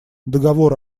договор